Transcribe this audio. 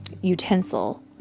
utensil